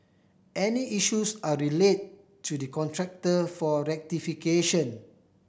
any issues are relayed to the contractor for rectification